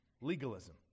legalism